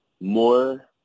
More